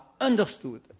understood